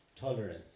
tolerance